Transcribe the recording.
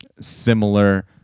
similar